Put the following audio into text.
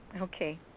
Okay